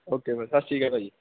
okay ਭਾ ਸਤਿ ਸ਼੍ਰੀ ਅਕਾਲ ਭਾਅ ਜੀ